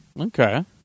Okay